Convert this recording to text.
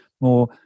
more